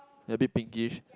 a bit pinkish